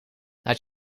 laat